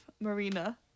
Marina